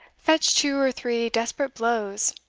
fetched two or three desperate blows,